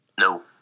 No